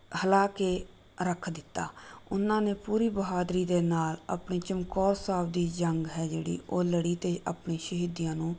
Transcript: ਹਿਲਾ ਕੇ ਰੱਖ ਦਿੱਤਾ ਉਹਨਾਂ ਨੇ ਪੂਰੀ ਬਹਾਦਰੀ ਦੇ ਨਾਲ ਆਪਣੀ ਚਮਕੌਰ ਸਾਹਿਬ ਦੀ ਜੰਗ ਹੈ ਜਿਹੜੀ ਉਹ ਲੜੀ ਅਤੇ ਆਪਣੀ ਸ਼ਹੀਦੀਆਂ ਨੂੰ